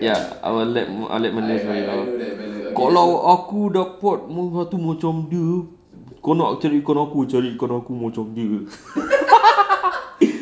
ya I will let let benda ni semua kalau aku dapat menantu macam dia kau nak carikan aku carikan aku macam dia